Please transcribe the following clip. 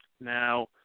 Now